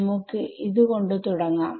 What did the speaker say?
നമുക്ക് കൊണ്ട് തുടങ്ങാം